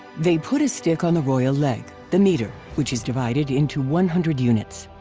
they put a stick on the royal leg, the meter, which is divided into one hundred units.